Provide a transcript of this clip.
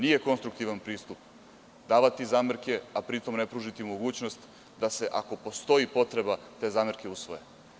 Nije konstruktivan pristup davati zamerke a pri tom ne pružiti mogućnost da se, ako postoji potreba, te zamerke usvoje.